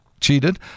cheated